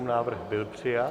Návrh byl přijat.